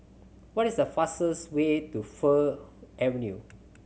what is the fastest way to Fir Avenue